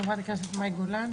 חברת הכנסת מאי גולן,